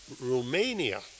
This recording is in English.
Romania